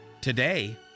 Today